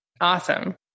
Awesome